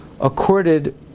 accorded